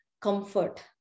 comfort